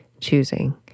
choosing